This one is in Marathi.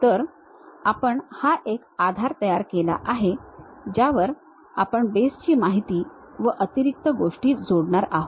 तर आपण हा एक आधार तयार केला आहे ज्यावर आपण बॉसची माहिती व अतिरिक्त गोष्टी जोडणार आहोत